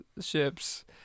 Ships